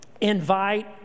Invite